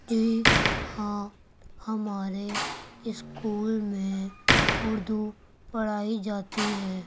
جی ہاں ہمارے اسکول میں اردو پڑھائی جاتی ہے